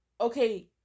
okay